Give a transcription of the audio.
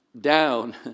down